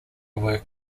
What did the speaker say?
work